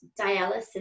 dialysis